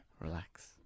relax